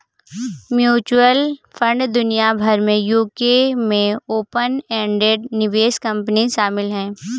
mutual fund दुनिया भर में यूके में ओपन एंडेड निवेश कंपनी शामिल हैं